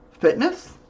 fitness